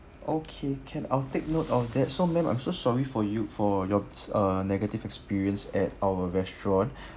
okay can I'll take note of that so ma'am I'm so sorry for you for your uh negative experience at our restaurant